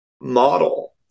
model